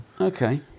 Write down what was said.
okay